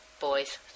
Boys